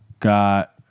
Got